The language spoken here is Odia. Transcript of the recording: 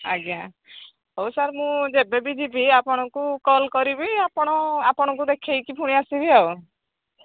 ଆଜ୍ଞା ହଉ ସାର୍ ମୁଁ ଯେବେବି ଯିବି ଆପଣଙ୍କୁ କଲ୍ କରିବି ଆପଣ ଆପଣଙ୍କୁ ଦେଖେଇକି ପୁଣି ଆସିବି ଆଉ